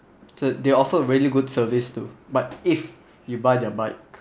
so they offer really good service too but if you buy their bike